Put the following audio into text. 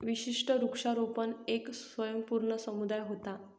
विशिष्ट वृक्षारोपण येक स्वयंपूर्ण समुदाय व्हता